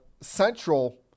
Central